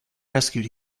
rescued